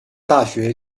大学